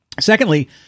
Secondly